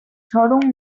through